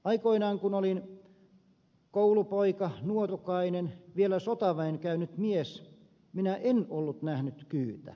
aikoinaan kun olin koulupoika nuorukainen vieläpä sotaväen käynyt mies minä en ollut nähnyt kyytä elävänä